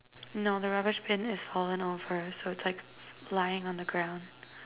no the rubbish bin is fallen over so it's like lying on the ground